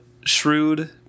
Shrewd